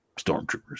stormtroopers